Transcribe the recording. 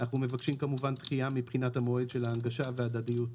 אנו מבקשים דחייה מבחינת מועד ההנגשה וההדדיות.